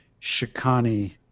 Shikani